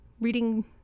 reading